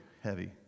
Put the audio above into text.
heavy